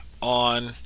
on